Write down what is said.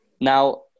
Now